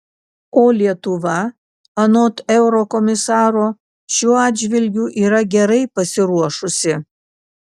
o lietuva anot eurokomisaro šiuo atžvilgiu yra gerai pasiruošusi